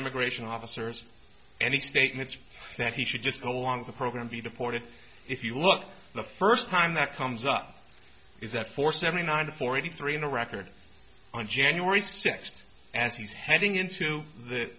immigration officers any statements that he should just along the program be deported if you look the first time that comes up is that for seventy nine to forty three in a record on january sixth as he's heading into th